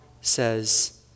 says